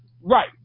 Right